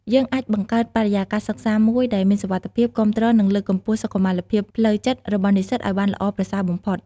យើងអាចបង្កើតបរិយាកាសសិក្សាមួយដែលមានសុវត្ថិភាព គាំទ្រ និងលើកកម្ពស់សុខុមាលភាពផ្លូវចិត្តរបស់និស្សិតឱ្យបានល្អប្រសើរបំផុត។